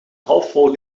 halfvol